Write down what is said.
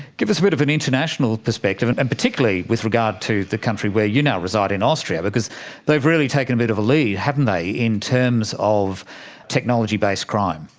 give us a bit of an international perspective, and particularly with regard to the country where you now reside in austria, because they've really taken a bit of a lead, haven't they, in terms of technology-based crime.